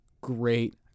great